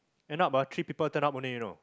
end up ah three people turn up only you know